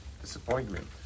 disappointment